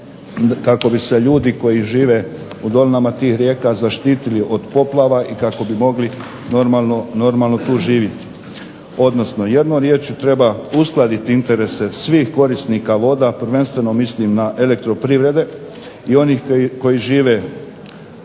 kako bi se ljudi koji žive u dolinama tih rijeka zaštitili od poplava i kako bi mogli normalno tu živjeti. Jednom riječju treba uskladiti interese svih korisnika voda prvenstveno mislim na elektroprivrede i onih koji žive